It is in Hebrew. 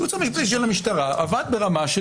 הייעוץ המשפטי של המשטרה עבד ברמה של